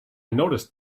noticed